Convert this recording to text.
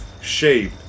shape